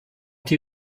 die